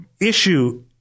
issue